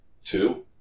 two